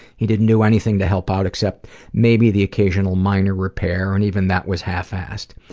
he didn't do anything to help out except maybe the occasional minor repair, and even that was half-assed.